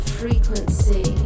frequency